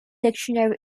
dictionary